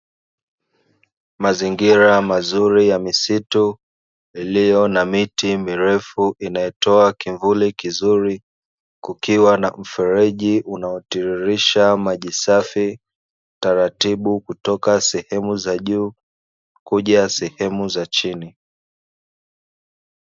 Mazingira mazuri yamisitu iliyo na miti mirefu inayotoa kivuli kizuri, kukiwa na mfereji unaotiririsha maji safi taratibu kutoka sehemu za juu kuja sehemu za chini.